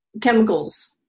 chemicals